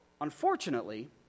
Unfortunately